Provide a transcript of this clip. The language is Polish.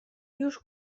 już